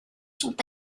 sont